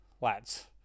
lads